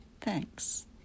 Thanks